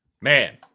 Man